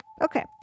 Okay